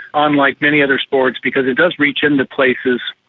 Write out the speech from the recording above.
unlike many other sports, because it does reach into places,